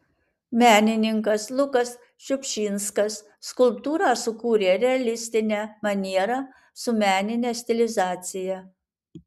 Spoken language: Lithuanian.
menininkas lukas šiupšinskas skulptūrą sukūrė realistine maniera su menine stilizacija